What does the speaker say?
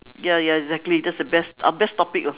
ya ya exactly that's the best our best topic of